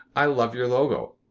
i love your logo.